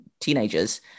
teenagers